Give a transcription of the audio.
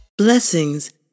Blessings